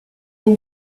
been